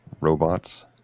robots